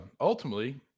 ultimately